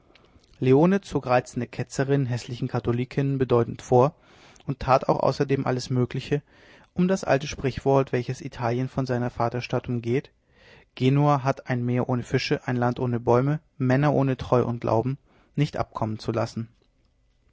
zog reizende ketzerinnen häßlichen katholikinnen bedeutend vor und tat auch außerdem alles mögliche um das alte sprichwort welches in italien von seiner vaterstadt umgeht genua hat ein meer ohne fische ein land ohne bäume männer ohne treu und glauben nicht abkommen zu lassen